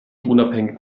unabhängig